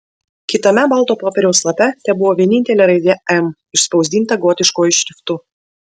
kitame balto popieriaus lape tebuvo vienintelė raidė m išspausdinta gotiškuoju šriftu